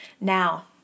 Now